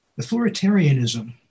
Authoritarianism